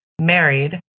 married